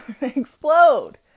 explode